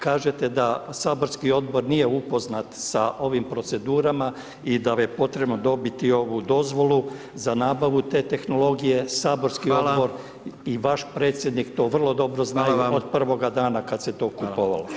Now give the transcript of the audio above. Kažete da saborski odbor nije upoznat sa ovim procedurama i da je potrebno dobiti ovu dozvolu za nabavu te tehnologije saborski odbor i vaš predsjednik to vrlo dobro zna od prvoga dana kada se to kupovalo.